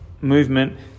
movement